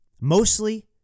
Mostly